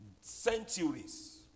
centuries